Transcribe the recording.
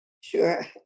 Sure